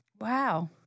Wow